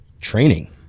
training